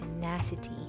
tenacity